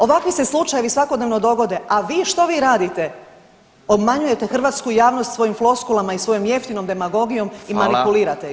Ovakvi se slučajevi svakodnevno dogode, a vi, što vi radite, obmanjujete hrvatsku javnost svojim floskulama i svojom jeftinom demagogijom i manipulirate ju.